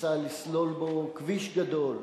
ניסה לסלול בו כביש גדול,